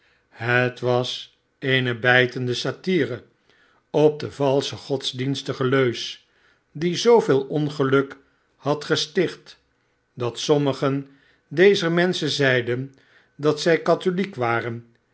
het was eene bijtende satire op de valsche godsdienstige leus die zooveel ongeluk had gesticht dat sommigen dezer menschen zeiden dat zij katholieken waren